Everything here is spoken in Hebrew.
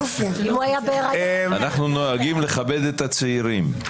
אנחנו נוהגים לכבד את הצעירים.